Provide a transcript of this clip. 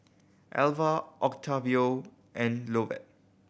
Elva Octavio and Lovett